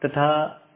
यह महत्वपूर्ण है